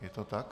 Je to tak?